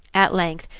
at length,